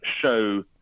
show